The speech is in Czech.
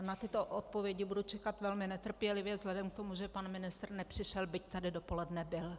Na tyto odpovědi budu čekat velmi netrpělivě vzhledem k tomu, že pan ministr nepřišel, byť tady dopoledne byl.